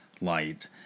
light